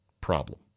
problem